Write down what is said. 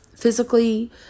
physically